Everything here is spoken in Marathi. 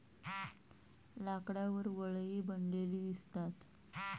लाकडावर वलये बनलेली दिसतात